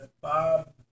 Bob